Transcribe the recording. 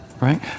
right